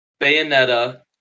Bayonetta